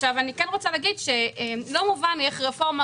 אני כן רוצה להגיד שלא מובן לי איך רפורמה,